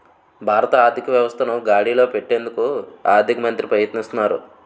భారత ఆర్థిక వ్యవస్థను గాడిలో పెట్టేందుకు ఆర్థిక మంత్రి ప్రయత్నిస్తారు